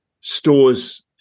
stores